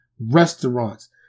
Restaurants